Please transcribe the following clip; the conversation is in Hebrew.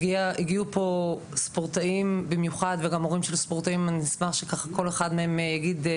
הגיעו ספורטאים במיוחד ואשמח שכל אחד מהם ידבר.